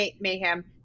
Mayhem